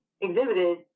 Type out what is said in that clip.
exhibited